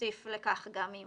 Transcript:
ונוסיף לכך: גם אם